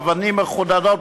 אבנים מחודדות,